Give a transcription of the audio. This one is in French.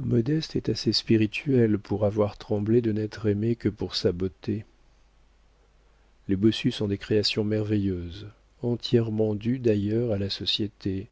modeste est assez spirituelle pour avoir tremblé de n'être aimée que pour sa beauté les bossus sont des créations merveilleuses entièrement dues d'ailleurs à la société